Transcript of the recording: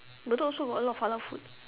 bedok also got a lot of halal food